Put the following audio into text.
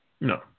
No